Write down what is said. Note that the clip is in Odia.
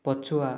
ପଛୁଆ